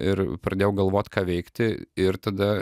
ir pradėjau galvot ką veikti ir tada